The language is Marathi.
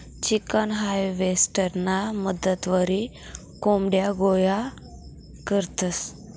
चिकन हार्वेस्टरना मदतवरी कोंबड्या गोया करतंस